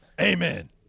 amen